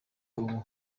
ubu